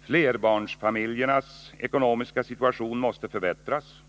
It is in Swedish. Flerbarnsfamiljernas ekonomiska situation måste förbättras.